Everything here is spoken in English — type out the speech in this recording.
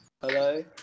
Hello